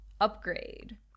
Upgrade